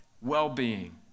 well-being